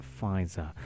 Pfizer